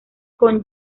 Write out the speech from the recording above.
con